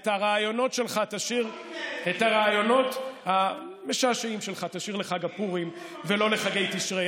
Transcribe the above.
שאת הרעיונות המשעשעים שלך תשאיר לחג הפורים ולא לחגי תשרי.